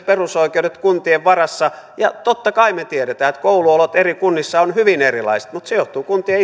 perusoikeudet kuntien varassa ja totta kai me tiedämme että kouluolot eri kunnissa ovat hyvin erilaiset mutta se johtuu kuntien